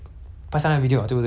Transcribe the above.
then 你看 liao